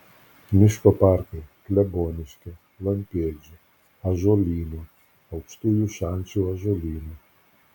miško parkai kleboniškio lampėdžių ąžuolyno aukštųjų šančių ąžuolyno